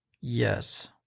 Yes